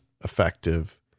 effective